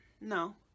No